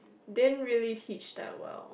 didn't really teach that well